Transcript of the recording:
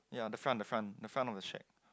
yea the front the front the front of the shed